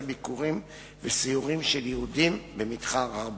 ביקורים וסיורים של יהודים במתחם הר-הבית.